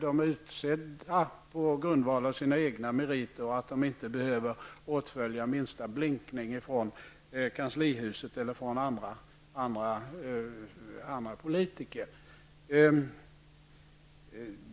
De är utsedda på grund av sina egna meriter och behöver inte åtfölja minsta blinkning från kanslihuset eller från andra politiker.